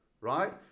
right